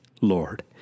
Lord